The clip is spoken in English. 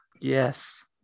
yes